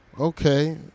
okay